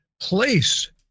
place